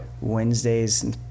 Wednesdays